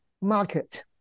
market